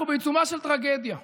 אנחנו בעיצומה של טרגדיה.